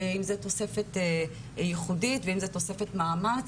אם זו תוספת ייחודית ואם זה תוספת מאמץ,